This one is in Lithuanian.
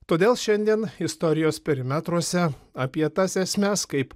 todėl šiandien istorijos perimetruose apie tas esmes kaip